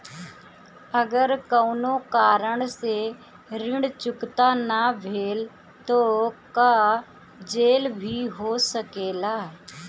अगर कौनो कारण से ऋण चुकता न भेल तो का जेल भी हो सकेला?